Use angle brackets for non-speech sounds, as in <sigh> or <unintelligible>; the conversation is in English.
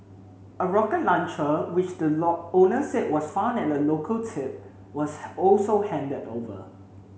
a rocket launcher which the <unintelligible> owner said was found at a local tip was also handed over